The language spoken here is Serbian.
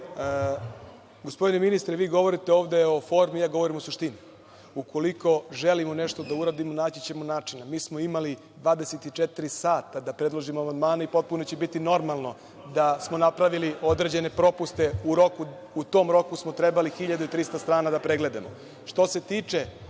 Gospodine ministre, vi govorite ovde o formi, ja govorim o suštini. Ukoliko želimo nešto da uradimo naći ćemo načina. Mi smo imali 24 sata da predložimo amandmane i potpuno će biti normalno da smo napravili određene propuste. U tom roku smo trebali 1300 starana da pregledamo. Što